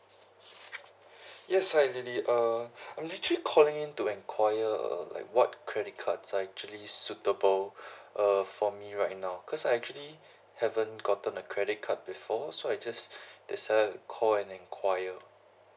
yes hi lily uh I'm actually calling in to inquire uh like what credit cards are actually suitable uh for me right now cause I actually haven't gotten a credit card before so I just decided to call and inquire